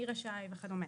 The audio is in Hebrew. מי רשאי וכדומה.